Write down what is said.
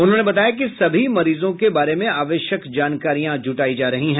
उन्होंने बताया कि सभी मरीजों के बारे में आवश्यक जानकारियां जुटायी जा रही है